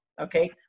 okay